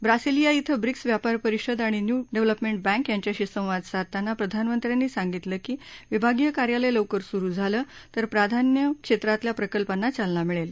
Brasilia इथं BRICS व्यापार परिषद आणि न्यू डेव्हलपमेंट बँक यांच्याशी संवाद साधताना प्रधानमंत्र्यांनी सांगितलं की विभागीय कार्यालय लवकर सुरु झालं तर आपल्या प्राधान्य क्षेत्रातल्या प्रकल्पांना चालना मिळेल